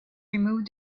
removed